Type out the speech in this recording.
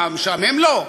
מה, משעמם לו?